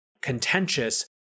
contentious